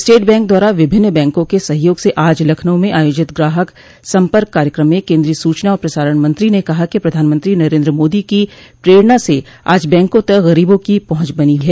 state Bank द्वारा विभिन्न बैंकों के सहयोग से आज लखनऊ में आयोजित ग्राहक सम्पर्क कार्यक्रम में केन्द्रीय सूचना और प्रसारण मंत्री ने कहा कि प्रधानमंत्री नरेन्द्र मोदी की प्रेरणा से आज बैंकों तक गरीबों की पहंच बनी हैं